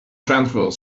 transport